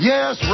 Yes